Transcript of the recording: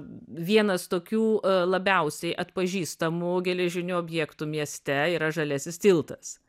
vienas tokių labiausiai atpažįstamų geležinių objektų mieste yra žaliasis tiltas